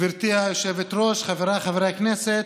גברתי היושבת-ראש, חבריי חברי הכנסת,